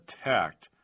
attacked